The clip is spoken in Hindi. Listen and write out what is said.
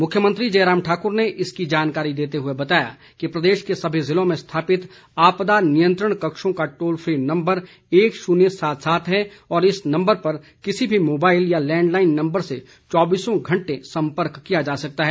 मुख्यमंत्री जयराम ठाकुर ने इसकी जानकारी देते हुए बताया कि प्रदेश के सभी जिलों में स्थापित आपदा नियंत्रण कक्षों का टोल फी नंबर एक शून्य सात सात है और इस नंबर पर किसी भी मोबाइल या लैंड लाईन नंबर से चौब्बीसों घंटे संपर्क किया जा सकता है